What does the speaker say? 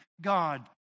God